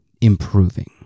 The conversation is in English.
improving